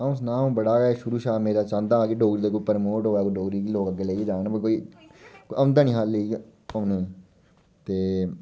अ'ऊं सनांऽ अ'ऊं बड़ा गै शुरु शा बड़ा में ते चांह्दा हा के डोगरी बी कोई प्रमोट होऐ डोगरी गी बी लोक अग्गें लेइयै जान पर कोई औंदा नेईं हा लेइयै औने गी